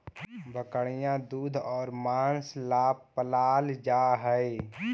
बकरियाँ दूध और माँस ला पलाल जा हई